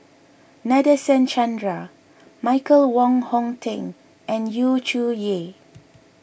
Nadasen Chandra Michael Wong Hong Teng and Yu Zhuye